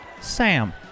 Sam